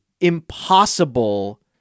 impossible